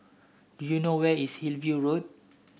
do you know where is Hillview Road